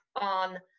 on